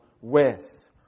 west